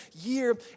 year